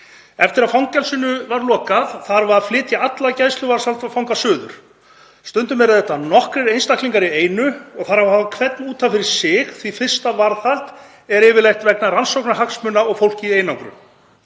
Eftir að fangelsinu var lokað þarf að flytja alla gæsluvarðhaldsfanga suður. Stundum eru þetta nokkrir einstaklingar í einu og þarf að hafa hvern út af fyrir sig því að fyrsta varðhald er yfirleitt vegna rannsóknarhagsmuna og fólk er í einangrun.